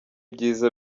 byiza